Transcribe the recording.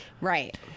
Right